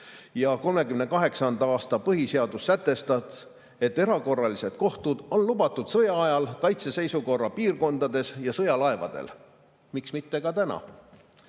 1938. aasta põhiseadus sätestas, et erakorralised kohtud on lubatud sõjaajal, kaitseseisukorra piirkondades ja sõjalaevadel. Miks mitte ka